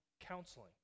Counseling